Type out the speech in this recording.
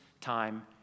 time